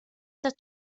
tat